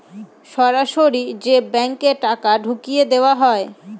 সরাসরি যে ব্যাঙ্কে টাকা ঢুকিয়ে দেওয়া হয়